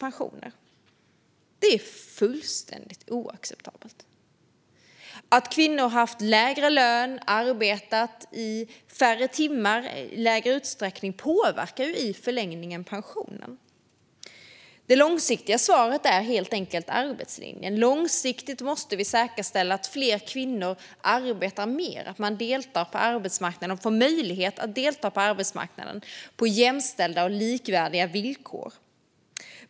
Detta är fullständigt oacceptabelt. Att kvinnor har haft lägre lön och arbetat i lägre utsträckning och färre timmar påverkar i förlängningen pensionen. Det långsiktiga svaret är helt enkelt arbetslinjen. Vi måste långsiktigt säkerställa att fler kvinnor arbetar mer och får möjlighet att delta på arbetsmarknaden på jämställda och likvärdiga villkor.